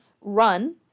Run